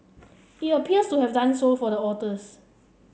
it appears to have done so for the